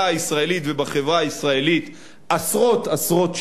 הישראלית ובחברה הישראלית עשרות-עשרות שנים.